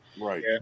Right